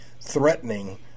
threatening